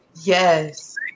Yes